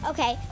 Okay